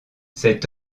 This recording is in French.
cet